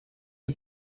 die